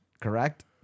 Correct